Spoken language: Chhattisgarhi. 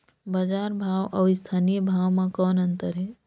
बजार भाव अउ स्थानीय भाव म कौन अन्तर हे?